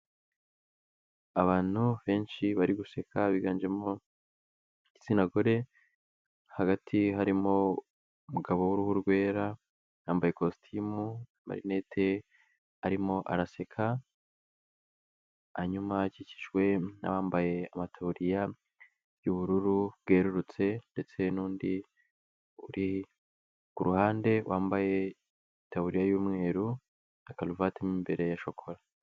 Abantu benshi bari guseka biganjemo gitsina gore hagati harimo umugabo w'uruhu rwera yambaye ikositimu, amarinete arimo araseka, inyuma akikijwe n'abambaye amataburiya y'ubururu bwerurutse ndetse n'undi uri ku ruhande wambaye itaburiya y'umweru na karuvati mo imbere ya shokora.